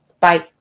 Bye